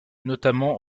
notamment